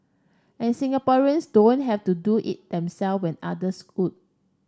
and Singaporeans don't have to do it themself when others would